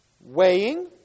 Weighing